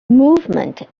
movement